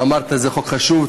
ואמרת: זה חוק חשוב,